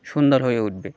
সুন্দর হয়ে উঠবে